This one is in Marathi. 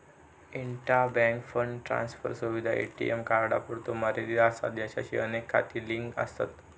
इंट्रा बँक फंड ट्रान्सफर सुविधा ए.टी.एम कार्डांपुरतो मर्यादित असा ज्याचाशी अनेक खाती लिंक आसत